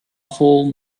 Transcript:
awful